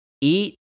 eat